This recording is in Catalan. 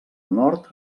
nord